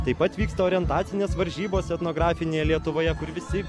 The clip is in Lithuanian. taip pat vyks orientacinės varžybos etnografinėje lietuvoje kur visi